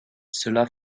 cela